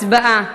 הצבעה.